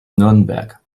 nürnberg